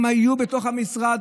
הם היו בתוך המשרד,